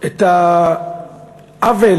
את העוול